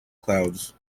clouds